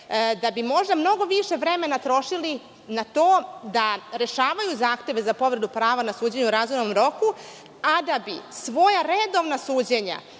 da bi možda mnogo više vremena trošili na to da rešavaju zahteve za povredu prava na suđenje u razumnom roku, a da bi svoja redovna suđenja